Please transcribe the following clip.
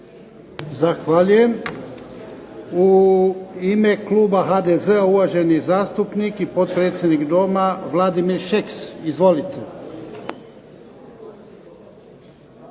Zahvaljujem. U ime kluba HDZ-a, uvaženi zastupnik i potpredsjednik Doma Vladimir Šeks. Izvolite.